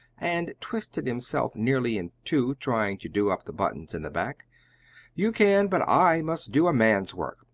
and twisted himself nearly in two trying to do up the buttons in the back you can, but i must do a man's work!